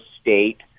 State